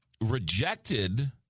rejected